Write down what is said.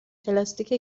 پلاستیک